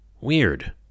Weird